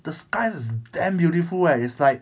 the sky is damn beautiful eh it's like